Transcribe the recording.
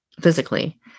physically